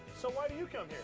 so why do you come